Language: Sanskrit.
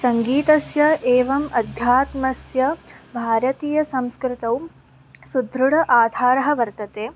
सङ्गीतस्य एवम् अध्यात्मस्य भारतीयसंस्कृतौ सुदृढ आधारः वर्तते